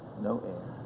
no air.